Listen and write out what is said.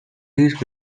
these